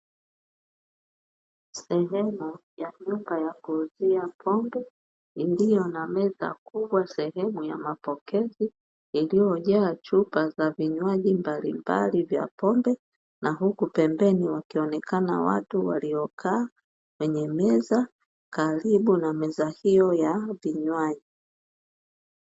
Sehemu ya nyumba ya kuuzia pombe iliyo na meza kubwa sehemu ya mapokezi iliyojaa chupa za vinywaji mbalimbali vya pombe na huku pembeni wakionekana watu waliokaa kwenye meza karibu na meza hiyo ya vinywaji.